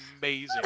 amazing